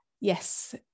yes